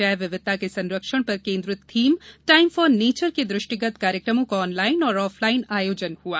जैव विविधता के संरक्षण पर केन्द्रित थीम टाईम फॉर नेचर के दृष्टिगत कार्यक्रमों का ऑनलाइन और ऑफ लाइन आयोजन हुआ